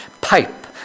pipe